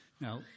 Now